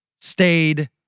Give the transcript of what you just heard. stayed